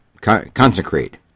consecrate